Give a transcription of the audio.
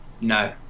no